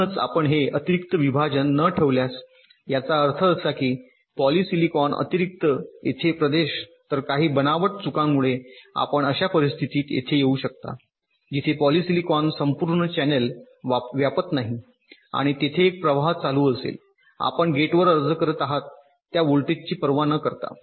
म्हणूनच आपण हे अतिरिक्त विभाजन न ठेवल्यास याचा अर्थ असा की हे पॉलिसिलिकॉनअतिरिक्त येथे प्रदेश तर काही बनावट चुकांमुळे आपण अशा परिस्थितीत येऊ शकताजिथे पॉलिसिलिकॉन संपूर्ण चॅनेल व्यापत नाही आणि तेथे एक प्रवाह चालू असेल आपण गेट वर अर्ज करत आहात त्या व्होल्टेजची पर्वा न करता